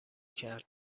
کرد